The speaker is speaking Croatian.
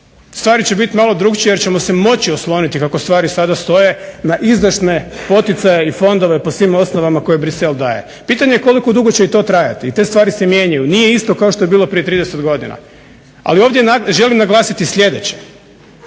stvari će biti malo drukčije jer ćemo se moći osloniti kako stvari sada stoje na izdašne poticaje i fondove po svim osnovama koje Bruxelles daje. Pitanje je koliko dugo će i to trajati i te stvari se mijenjaju. Nije isto kao što je bilo prije 30 godina. Ali ovdje želim naglasiti sljedeće.